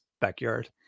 backyard